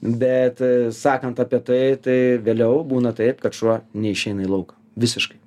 bet sakant apie tai tai vėliau būna taip kad šuo neišeina į lauką visiškai